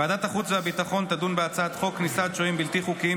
ועדת החוץ והביטחון תדון בהצעת חוק כניסת שוהים בלתי חוקיים,